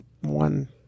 One